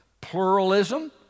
pluralism